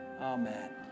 Amen